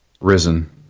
risen